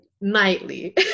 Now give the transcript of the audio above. Nightly